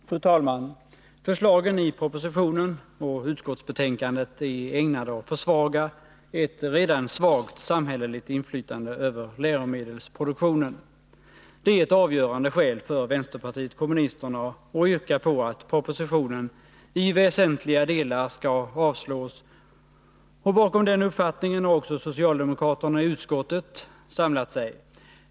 Fru talman! Förslagen i propositionen och utskottsbetänkandet är ägnade att försvaga ett redan svagt samhälleligt inflytande över läromedelsproduktionen. Det är ett avgörande skäl för vpk att yrka på att propositionen i väsentliga delar skall avslås, och bakom den uppfattningen har också socialdemokraterna i utskottet samlat sig.